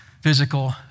physical